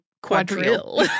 Quadrille